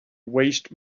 waste